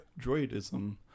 droidism